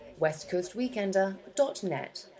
westcoastweekender.net